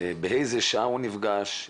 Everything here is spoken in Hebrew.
באיזה שעה הוא נפגש,